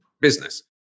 business